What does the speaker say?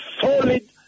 solid